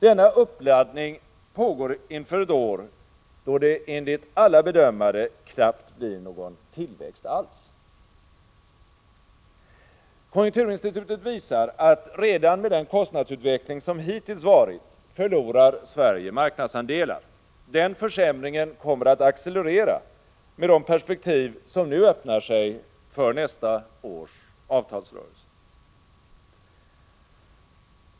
Denna uppladdning pågår inför ett år, då det enligt alla bedömare knappt blir någon tillväxt alls! Konjunkturinstitutet visar att redan med den kostnadsutveckling som hittills varit förlorar Sverige marknadsandelar. Den försämringen kommer att accelerera med de perspektiv som nu öppnar sig för nästa års avtalsrörelse.